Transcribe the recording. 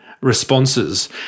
responses